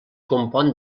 compon